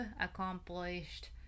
accomplished